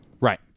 right